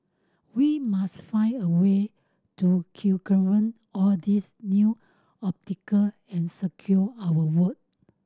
we must find a way to all these new and secure our vote